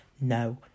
No